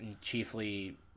chiefly